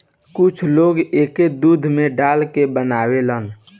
कुछ लोग एके दूध में डाल के बनावेला